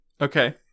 okay